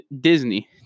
Disney